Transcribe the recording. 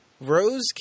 Rose